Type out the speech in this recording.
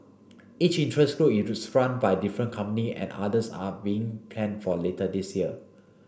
each interest group is run by different company and others are being planned for later this year